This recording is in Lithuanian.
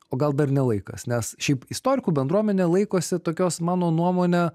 o gal dar ne laikas nes šiaip istorikų bendruomenė laikosi tokios mano nuomone